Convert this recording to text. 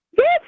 Yes